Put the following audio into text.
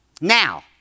Now